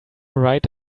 write